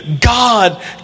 God